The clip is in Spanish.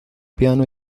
piano